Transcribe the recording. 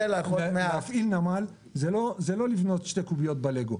להפעיל נמל זה לא לבנות שתי קוביות בלגו.